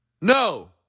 No